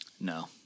No